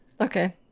Okay